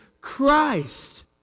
Christ